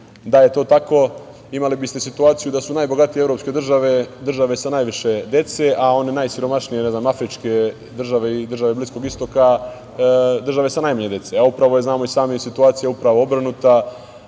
Da je to tako, imali biste situaciju da su najbogatije evropske države države sa najviše dece, a one najsiromašnije, afričke države i države Bliskog istoka, države sa najmanje dece. Upravo je, znamo i sami, situacija obrnuta,